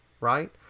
right